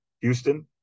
Houston